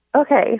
Okay